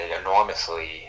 enormously